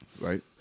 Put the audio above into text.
right